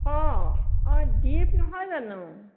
অঁ অঁ দীপ নহয় জানো